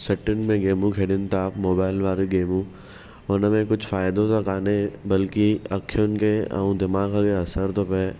सटियुनि में गेमूं खेलनि था मोबाइल वारी गेमूं हुन में कुझु फ़ाइदो त कान्हे बल्कि अखियुनि खे ऐं दिमाग खे असरु थो पए